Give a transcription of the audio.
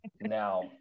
now